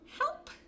help